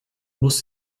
muss